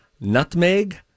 nutmeg